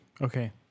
Okay